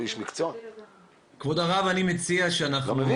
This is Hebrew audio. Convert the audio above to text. כבוד הרב, אני חושב